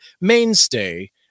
mainstay